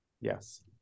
Yes